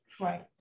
Right